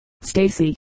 Stacy